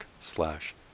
slash